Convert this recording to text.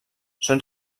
són